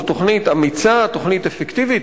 זו תוכנית אמיצה, תוכנית אפקטיבית.